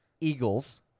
Eagles